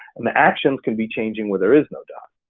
and the actions can be changing where there is no dot.